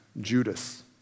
Judas